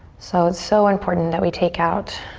so it's so important that we take out